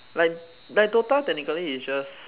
like like DOTA technically is just